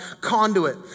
conduit